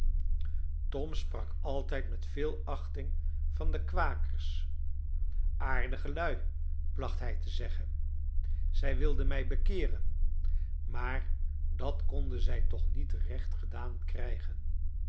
tom sprak altijd met veel achting van de kwakers aardige lui placht hij te zeggen zij wilden mij bekeeren maar dat konden zij toch niet recht gedaan krijgen